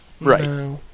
Right